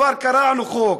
כבר קרענו חוק,